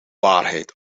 waarheid